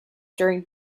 during